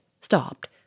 stopped